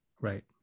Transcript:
Right